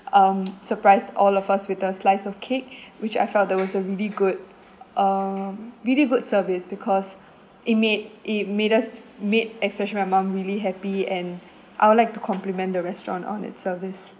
um surprised all of us with a slice of cake which I felt that was a really good um really good service because it made it made us made especially my mum really happy and I would like to compliment the restaurant on its service